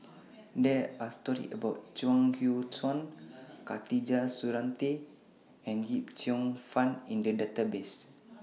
There Are stories about Chuang Hui Tsuan Khatijah Surattee and Yip Cheong Fun in The Database